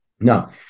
Now